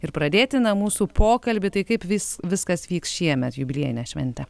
ir pradėti na mūsų pokalbį tai kaip vis viskas vyks šiemet jubiliejinę šventę